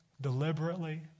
deliberately